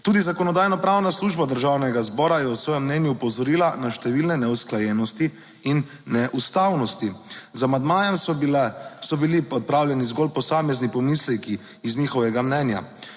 Tudi Zakonodajno-pravna služba Državnega zbora je v svojem mnenju opozorila na številne neusklajenosti in neustavnosti. Z amandmajem so bile, so bili odpravljeni zgolj posamezni pomisleki iz njihovega mnenja.